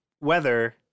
weather